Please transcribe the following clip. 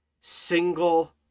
single